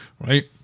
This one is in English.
right